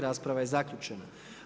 Rasprava je zaključena.